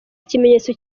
ikimenyetso